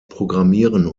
programmieren